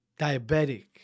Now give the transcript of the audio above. Diabetic